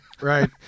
right